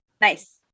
nice